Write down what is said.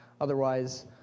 Otherwise